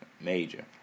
Major